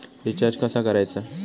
Recharge कसा करायचा?